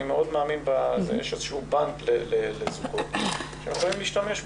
אני מאמין מאוד בכך שיש איזשהו בנק לזוגות שיכולים להשתמש בו.